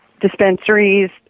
dispensaries